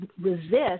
resist